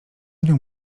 nią